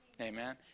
Amen